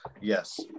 Yes